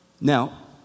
Now